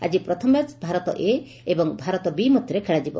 ଆକି ପ୍ରଥମ match Bharat A ଓ ଭାରତ ବି ମଧ୍ୟରେ ଖେଳାଯିବ